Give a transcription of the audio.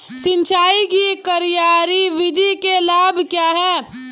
सिंचाई की क्यारी विधि के लाभ क्या हैं?